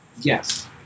Yes